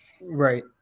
Right